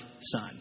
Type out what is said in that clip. son